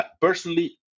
personally